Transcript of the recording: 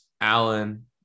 Allen